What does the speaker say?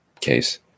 case